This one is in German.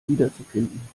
wiederzufinden